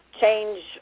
change